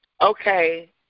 Okay